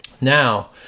Now